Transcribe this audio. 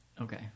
Okay